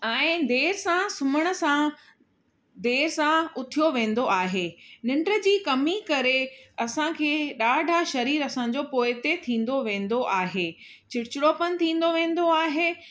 ऐं देरि सां सुम्हण सां देरि सां उथियो वेंदो आहे निंड जी कमी करे असांखे ॾाढा शरीर असांजो पोइ ते थींदो वेंदो आहे चिड़चिड़ोपन थींदो वेंदो आहे